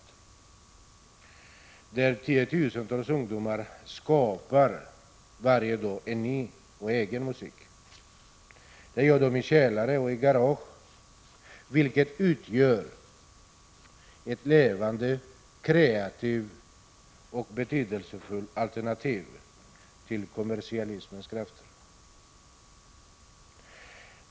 I den rörelsen skapar tiotusentals ungdomar en ny, egen musik. De gör det i källare och i garage, och deras musik utgör ett levande, kreativt och betydelsefullt alternativ till kommersialismens krafter.